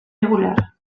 regular